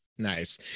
Nice